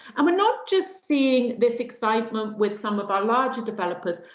and we're not just seeing this excitement with some of our larger developers.